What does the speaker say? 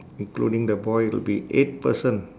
including the boy will be eight person